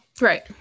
Right